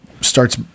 Starts